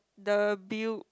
the billed